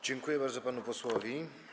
Dziękuję bardzo panu posłowi.